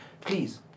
Please